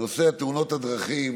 נושא תאונות הדרכים